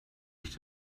ich